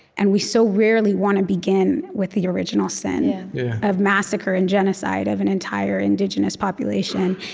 and we so rarely want to begin with the original sin of massacre and genocide of an entire indigenous population.